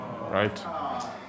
Right